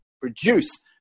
produce